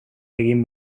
egin